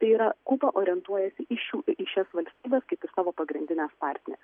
tai yra orientuojasi į šių į šias valstybes kaip į savo pagrindines partneres